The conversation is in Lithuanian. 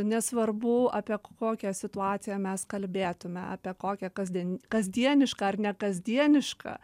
nesvarbu apie kokią situaciją mes kalbėtume apie kokią kasdien kasdienišką ar nekasdienišką